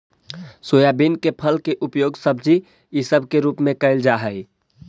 soybean के फल के उपयोग सब्जी इसब के रूप में कयल जा हई